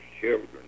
children